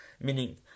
Meaning